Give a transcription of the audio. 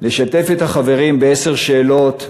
לשתף את החברים בעשר שאלות,